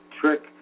trick